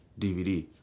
DVD